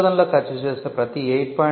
పరిశోధనలో ఖర్చు చేసే ప్రతి 8